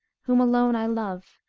whom alone i love,